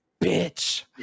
bitch